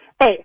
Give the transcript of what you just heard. Hey